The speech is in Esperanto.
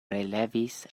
relevis